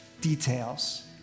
details